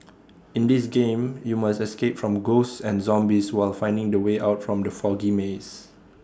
in this game you must escape from ghosts and zombies while finding the way out from the foggy maze